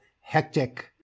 hectic